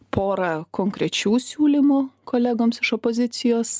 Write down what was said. porą konkrečių siūlymų kolegoms opozicijos